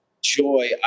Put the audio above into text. joy